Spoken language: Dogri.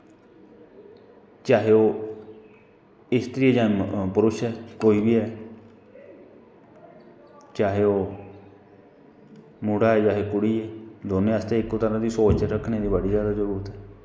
चाहे ओह् स्त्री जां परुश ऐ कोई बी ऐ चाहे ओह् मुड़ा ऐ चाहे कुड़ी ऐ दोनों आस्तै इक्को तरां दा सोच रक्खने दी बड़ी जादा जरूरत ऐ